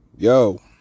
Yo